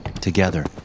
Together